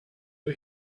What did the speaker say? you